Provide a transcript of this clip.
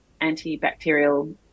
antibacterial